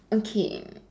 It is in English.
okay